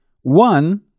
One